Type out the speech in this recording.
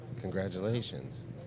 Congratulations